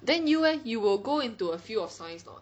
then you eh you will go into a field of science a not